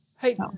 Hey